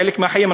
חלק מהחיים,